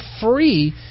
free